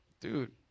Dude